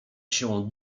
się